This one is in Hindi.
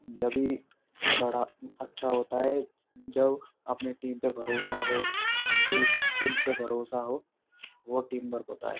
जभ ही बड़ा अच्छा होता है जब अपनी टीम पर भरोसा हो उनकी इस्किल्स पर भरोसा हो वह टीम वर्क होता है